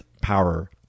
power